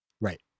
Right